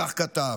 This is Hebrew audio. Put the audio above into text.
כך כתב.